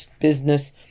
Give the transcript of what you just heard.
business